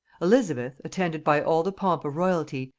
elizabeth, attended by all the pomp of royalty,